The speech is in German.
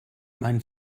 mein